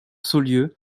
saulieu